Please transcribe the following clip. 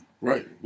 Right